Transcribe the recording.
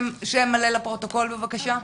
שם מלא לפרוטוקול בבקשה.